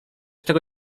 tego